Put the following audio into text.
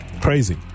crazy